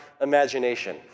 imagination